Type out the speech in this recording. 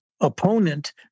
opponent